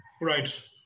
right